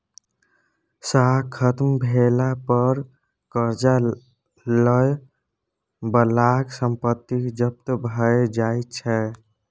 साख खत्म भेला पर करजा लए बलाक संपत्ति जब्त भए जाइ छै